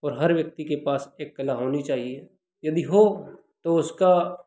और हर व्यक्ति के पास एक कला होनी चाहिए यदि हो तो उसका